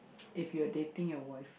if you're dating your wife